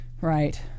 Right